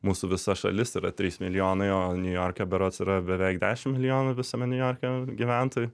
mūsų visa šalis yra trys milijonai o niujorke berods yra beveik dešimt milijonų visame niujorke gyventojų